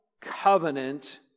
covenant